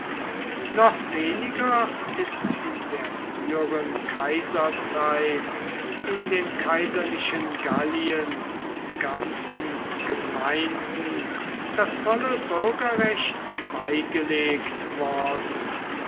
noch weniger ist in der früheren kaiserzeit in dem kaiserlichen gallien ganzen gemeinden das volle bürgerrecht beigelegt worden